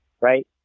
right